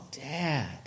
Dad